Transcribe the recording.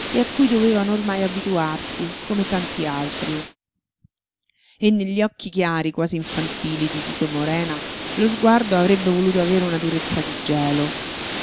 e a cui dovevano ormai abituarsi come tanti altri e negli occhi chiari quasi infantili di tito morena lo sguardo avrebbe voluto avere una durezza di gelo